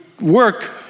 work